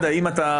אתם